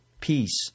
peace